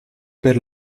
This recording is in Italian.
per